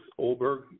Olberg